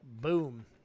boom